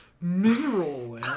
Mineral